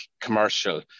commercial